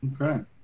Okay